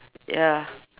ya